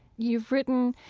you've written,